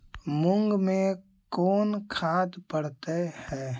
मुंग मे कोन खाद पड़तै है?